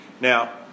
Now